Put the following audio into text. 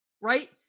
right